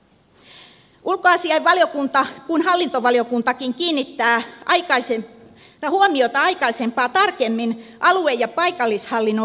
niin ulkoasiainvaliokunta kuin hallintovaliokuntakin kiinnittää huomiota aikaisempaa tarkemmin alue ja paikallishallinnon varautumiseen